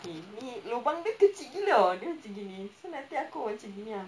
gini lubang dia kecil gila [tau] dia macam gini so nanti aku buat macam gini ha